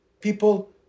people